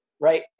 right